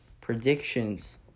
predictions